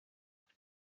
cye